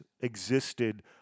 existed